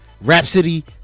Rhapsody